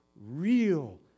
real